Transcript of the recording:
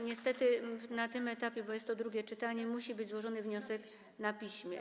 Niestety na tym etapie, bo jest to drugie czytanie, musi być złożony wniosek na piśmie.